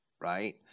right